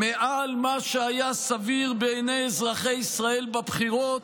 מעל מה שהיה סביר בעיני אזרחי ישראל בבחירות,